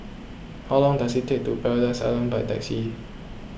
how long does it take to get to Paradise Island by taxi